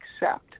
accept